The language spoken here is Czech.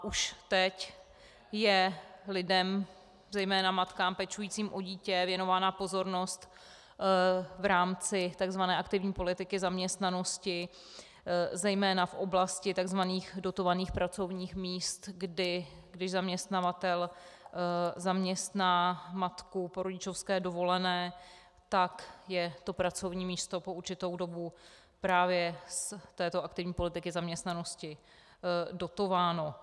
Už teď je lidem, zejména matkám pečujícím o dítě, věnována pozornost v rámci tzv. aktivní politiky zaměstnanosti, zejména v oblasti tzv. dotovaných pracovních míst, kdy když zaměstnavatel zaměstná matku po rodičovské dovolené, tak je to pracovní místo po určitou dobu právě z této aktivní politiky zaměstnanosti dotováno.